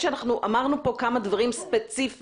אמרנו פה כמה דברים ספציפיים.